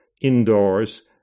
indoors